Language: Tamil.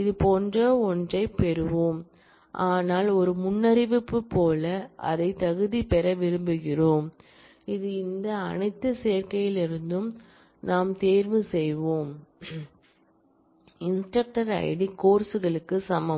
இது போன்ற ஒன்றைப் பெறுவோம் ஆனால் ஒரு முன்னறிவிப்பு மூலம் அதைத் தகுதிபெற விரும்புகிறோம் இது இந்த அனைத்து சேர்க்கைகளிலிருந்தும் நாம் தேர்வு செய்வோம் இன்ஸ்டிரக்டர் ஐடி கோர்ஸ்களுக்கு சமம்